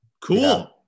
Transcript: Cool